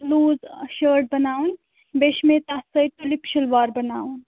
loose shirt بَناوٕنۍ بیٚیہِ چھِ مےٚ تَتھ سۭتۍ تُلِپ شِلوار بَناوُن